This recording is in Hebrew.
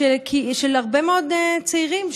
של הרבה מאוד צעירים,